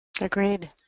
Agreed